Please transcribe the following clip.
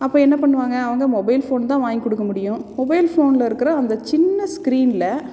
அப்போ என்ன பண்ணுவாங்க அவங்க மொபைல் ஃபோன் தான் வாங்கி கொடுக்க முடியும் மொபைல் ஃபோனில் இருக்கிற அந்த சின்ன ஸ்க்ரீனில்